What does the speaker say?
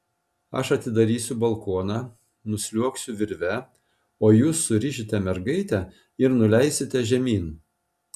aš atidarysiu balkoną nusliuogsiu virve o jūs surišite mergaitę ir nuleisite žemyn